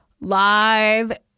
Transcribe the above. live